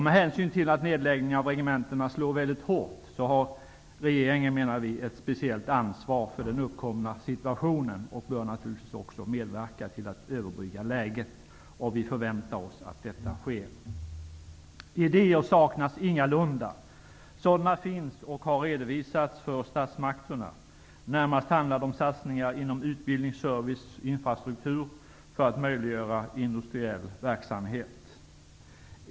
Med hänsyn till att nedläggningarna av regementena slår väldigt hårt har regeringen ett speciellt ansvar för den uppkomna situationen och bör naturligtvis också medverka till att överbrygga läget. Vi förväntar oss att detta sker. Idéer saknas ingalunda, sådana finns och har redovisats för statsmakterna. Närmast handlar det om satsningar inom utbildning, service och infrastruktur för att möjliggöra industriell verksamhet.